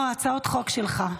לא, הצעות חוק שלך.